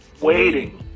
waiting